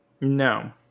No